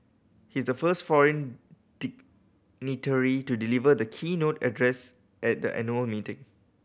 he is the first foreign dignitary to deliver the keynote address at the annual meeting